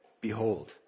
Behold